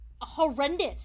horrendous